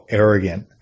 arrogant